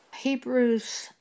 Hebrews